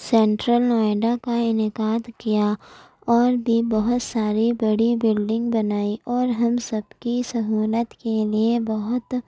central Noida کا انعقاد کیا اور بھی بہت ساری بڑی بلڈنگ بنائی اور ہم سب کی سہولت کے لیے بہت